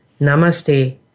Namaste